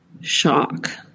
shock